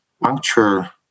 puncture